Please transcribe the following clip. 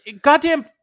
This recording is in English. Goddamn